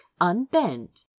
unbent